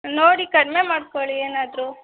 ನೋಡಿ ಕಡಿಮೆ ಮಾಡ್ಕೊಳ್ಳಿ ಏನಾದರೂ